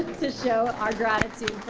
to show our gratitude